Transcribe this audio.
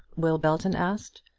will belton asked.